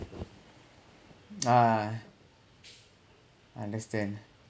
ah understand